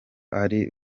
ari